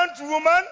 woman